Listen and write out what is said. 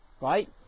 Right